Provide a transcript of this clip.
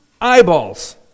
eyeballs